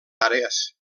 àrees